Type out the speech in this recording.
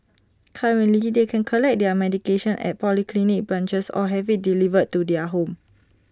currently they can collect their medication at polyclinic branches or have IT delivered to their home